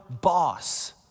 boss